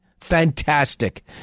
Fantastic